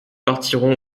partiront